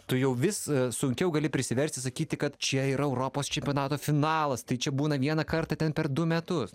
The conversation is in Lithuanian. tu jau vis sunkiau gali prisiversti sakyti kad čia yra europos čempionato finalas tai čia būna vieną kartą ten per du metus